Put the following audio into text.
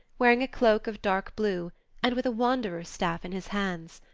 wearing a cloak of dark blue and with a wanderer's staff in his hands.